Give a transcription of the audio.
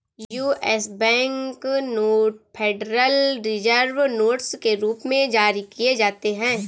US bank note federal reserve notes के रूप में जारी किए जाते हैं